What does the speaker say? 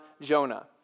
Jonah